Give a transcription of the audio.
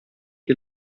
che